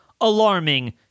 alarming